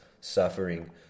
suffering